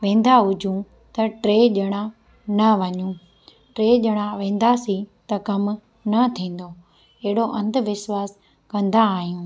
वेंदा हुजूं त टे ॼणा न वञूं टे ॼणा वेंदासीं त कमु न थींदो अहिड़ो अंधविश्वास कंदा आहियूं